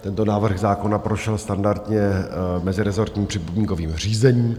Tento návrh zákona prošel standardně mezirezortním připomínkovým řízením.